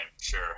sure